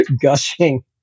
gushing